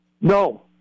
No